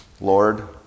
Lord